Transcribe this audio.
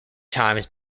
times